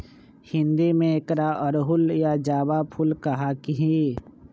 हिंदी में एकरा अड़हुल या जावा फुल कहा ही